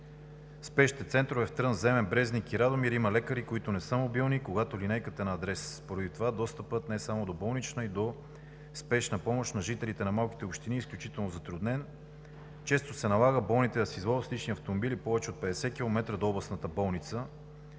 спешните центрове в Трън, Земен, Брезник и Радомир има лекари, които не са мобилни, когато линейката е на адрес. Поради това достъпът не само до болнична, а и до спешна помощ на жителите на малките общини е изключително затруднен. Често се налага болните да се извозват с лични автомобили повече от 50 км до областната болница.